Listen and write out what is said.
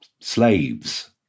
slaves